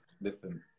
Listen